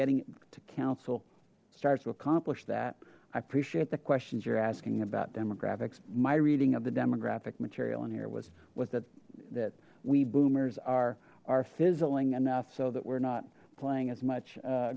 getting to council starts to accomplish that i appreciate the questions you're asking about demographics my reading of the demographic material in here was was that that we boomers are are fizzling enough so that we're not playing as much